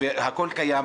הכול קיים.